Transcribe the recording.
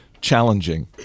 challenging